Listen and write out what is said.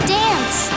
dance